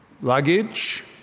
luggage